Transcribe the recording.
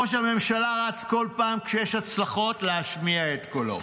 ראש הממשלה רץ כל פעם כשיש הצלחות להשמיע את קולו: